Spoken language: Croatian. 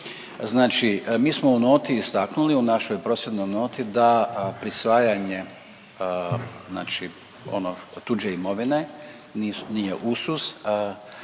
Znači mi smo u noti istaknuli u našoj prosvjednoj noti da prisvajanje znači tuđe imovine nije usus,